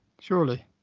surely